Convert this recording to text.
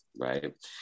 right